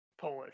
Polish